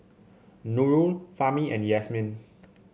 Nurul Fahmi and Yasmin